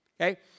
Okay